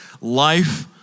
life